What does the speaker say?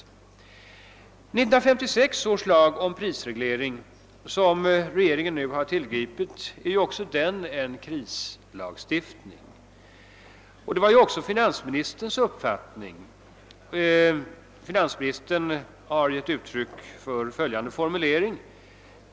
1956 års lag om prisreglering, som regeringen nu har tillgripit, är också den en krislagstiftning. Detta var även finansministerns uppfattning då lagen lades fram.